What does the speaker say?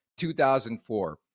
2004